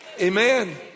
Amen